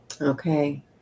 Okay